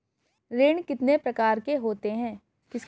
ऋण कितने प्रकार के होते हैं?